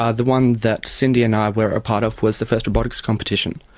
ah the one that cindy and i were a part of was the first robotics competition.